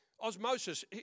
Osmosis